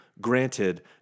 Granted